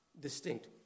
distinct